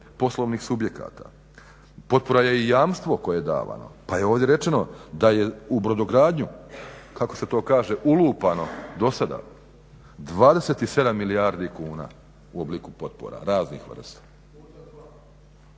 poslovnih subjekata. Potpora je i jamstvo koje je davano pa je ovdje rečeno da je u Brodogradnju kako se to kaže ulupano do sada 27 milijardi kuna u obliku potpora raznih vrsta.